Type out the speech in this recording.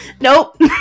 Nope